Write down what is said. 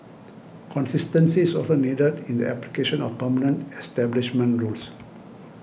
consistency is also needed in the application of permanent establishment rules